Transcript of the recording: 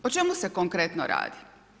O čemu se konkretno radi.